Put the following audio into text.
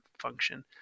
function